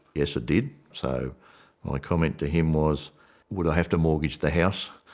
yeah so did. so my comment to him was would i have to mortgage the house